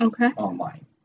online